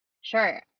Sure